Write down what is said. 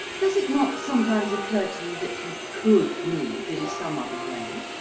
does it not sometimes occur to you that you could move in some other way,